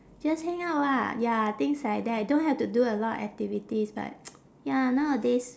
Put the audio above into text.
just hang out ah ya things like that don't have to do a lot of activities but ya nowadays